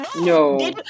No